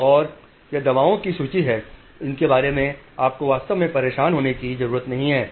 और यहां दवाओं की सूची है जिनके बारे में आपको वास्तव में परेशान होने की जरूरत नहीं है